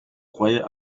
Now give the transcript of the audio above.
croyais